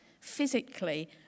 physically